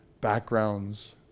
backgrounds